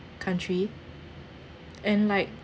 country and like